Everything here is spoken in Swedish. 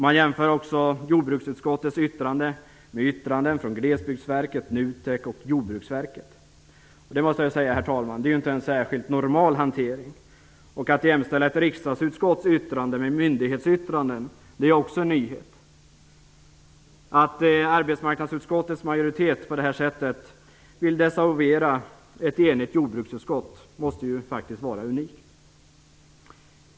Man jämför också jordbruksutskottets yttrande med yttranden från Glesbygdsverket, NUTEK och Jordbruksverket. Jag måste säga, herr talman, att det inte är någon särskilt normal hantering. Att jämställa ett riksdagsutskotts yttrande med myndighetsyttranden är också en nyhet. Att arbetsmarknadsutskottets majoritet på det här sättet vill desavouera ett enigt jordbruksutskott måste faktiskt vara unikt.